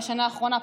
בשנה האחרונה,